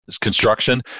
construction